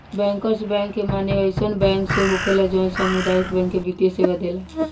bankers bank के माने अइसन बैंक से होखेला जवन सामुदायिक बैंक के वित्तीय सेवा देला